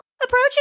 Approaching